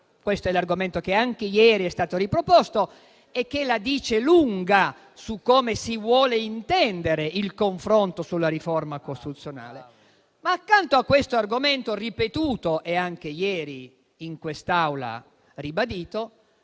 Questo è l'argomento che anche ieri è stato riproposto e che la dice lunga su come si vuole intendere il confronto sulla riforma costituzionale. Accanto a questo argomento ripetuto, e ribadito anche ieri in quest'Aula, abbiamo